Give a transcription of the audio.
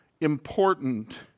important